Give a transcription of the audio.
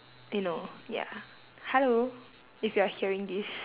eh no ya hello if you're hearing this